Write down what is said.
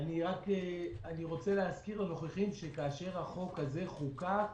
אני רוצה להזכיר לנוכחים שכאשר החוק הזה חוקק,